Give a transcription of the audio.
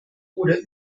oder